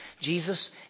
Jesus